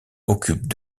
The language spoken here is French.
occupent